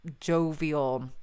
jovial